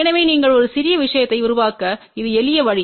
எனவே நீங்கள் ஒரு சிறிய விஷயத்தை உருவாக்க இது எளிய வழி